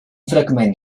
fragment